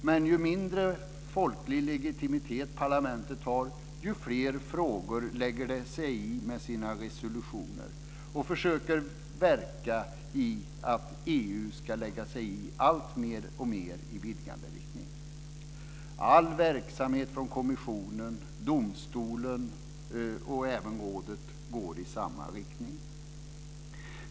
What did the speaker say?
Men ju mindre folklig legitimitet parlamentet har, ju fler frågor lägger det sig i med sina resolutioner, och man verkar för att EU ska lägga sig i mer och mer i vidgande riktning. All verksamhet från kommissionen, domstolen och även rådet går i samma riktning.